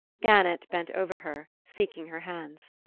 gannett bent over her, seeking her hands.